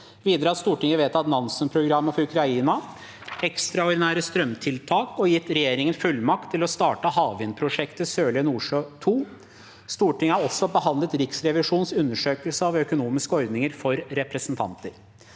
Stortinget vedtatt Nansenprogrammet for Ukraina og ekstraordinære strømstøttetiltak og gitt regjeringen fullmakt til å starte havvindprosjektet Sørlige Nordsjø II. Stortinget har også behandlet Riksrevisjonens undersøkelse av økonomiske ordninger for representanter.